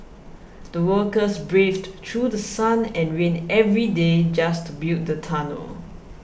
the workers braved through sun and rain every day just to build the tunnel